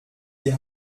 die